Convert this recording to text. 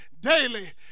daily